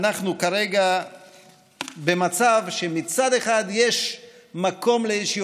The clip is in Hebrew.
אנחנו כרגע במצב שמצד אחד יש מקום לאיזושהי